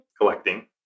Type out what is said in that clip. Collecting